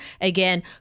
Again